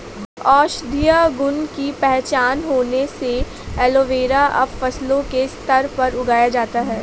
औषधीय गुण की पहचान होने से एलोवेरा अब फसलों के स्तर पर उगाया जाता है